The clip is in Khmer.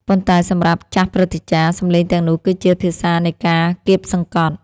ប៉ុន្តែសម្រាប់ចាស់ព្រឹទ្ធាចារ្យ សម្លេងទាំងនោះគឺជា ភាសានៃការគាបសង្កត់ ។